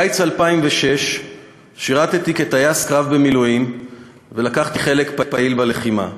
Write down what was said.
בקיץ 2006 שירתי כטייס קרב במילואים ולקחתי חלק פעיל בלחימה.